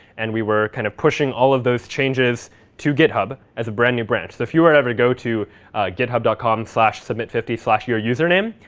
and we were kind of pushing all of those changes to github as a brand new branch. so if you were ever to go to github dot com slash submit fifty, slash your username,